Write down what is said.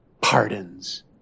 pardons